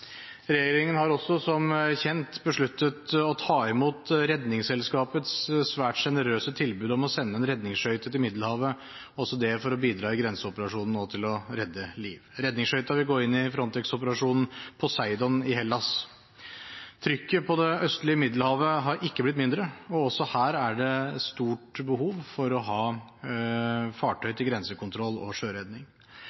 Regjeringen har også som kjent besluttet å ta imot Redningsselskapets svært sjenerøse tilbud om å sende en redningsskøyte til Middelhavet, også det for å bidra i grenseoperasjonen og til å redde liv. Redningsskøyta vil gå inn i Frontex-operasjonen Poseidon i Hellas. Trykket på det østlige Middelhavet har ikke blitt mindre, og også her er det stort behov for å ha fartøy til grensekontroll og sjøredning.